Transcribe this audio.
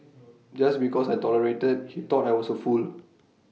just because I tolerated he thought I was A fool